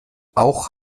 auch